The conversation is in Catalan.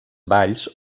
valls